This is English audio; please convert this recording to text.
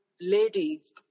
ladies